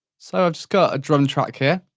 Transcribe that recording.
so, i've just got a drum track here